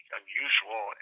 unusual